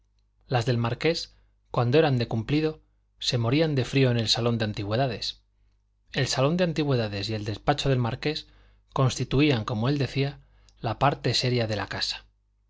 las del marqués cuando eran de cumplido se morían de frío en el salón de antigüedades el salón de antigüedades y el despacho del marqués constituían como él decía la parte seria de la casa